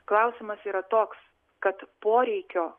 klausimas yra toks kad poreikio